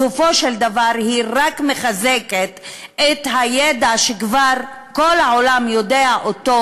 בסופו של דבר היא רק מחזקת את הידע שכבר כל העולם יודע אותו,